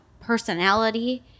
personality